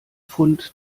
fund